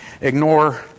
Ignore